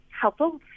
helpful